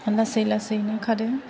लासै लासैनो खारो